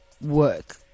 work